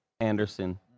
anderson